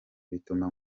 bituma